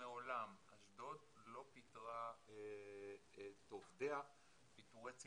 מעולם אשדוד לא פיטרה את עובדיה פיטורי צמצום,